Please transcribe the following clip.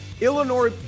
Illinois